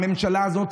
הממשלה הזאת,